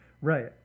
right